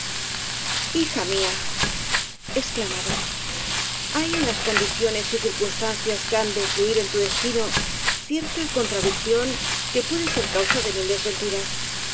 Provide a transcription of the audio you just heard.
ija mía exclamaba hay en las condicio nes y circunstancias que han de influir en tu des tino cierta contradicción que puede ser causa de mil desventuras